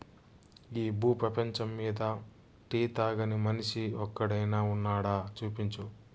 ఈ భూ పేపంచమ్మీద టీ తాగని మనిషి ఒక్కడైనా వున్నాడా, చూపించు